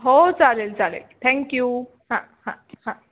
हो चालेल चालेल थँक्यू हां हां हां